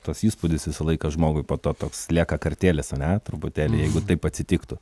tas įspūdis visą laiką žmogui po to toks lieka kartėlis ane truputėlį jeigu taip atsitiktų